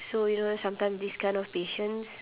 so you know sometimes this kind of patients